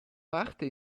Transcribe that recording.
parte